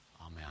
Amen